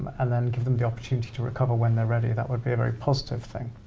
and then give them the opportunity to recover when they're ready that would be a very positive thing.